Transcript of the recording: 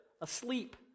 asleep